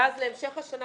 ואז בהמשך השנה,